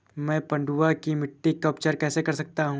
मैं पडुआ की मिट्टी का उपचार कैसे कर सकता हूँ?